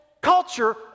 culture